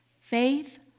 Faith